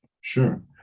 Sure